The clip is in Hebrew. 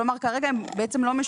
כלומר, כרגע הם בעצם לא משפים אותם.